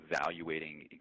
evaluating